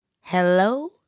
hello